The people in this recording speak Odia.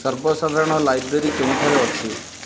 ସର୍ବସାଧାରଣ ଲାଇବ୍ରେରୀ କେଉଁଠାରେ ଅଛି